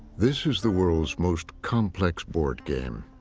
this is the world's most complex board game.